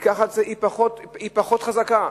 פחות חזקה.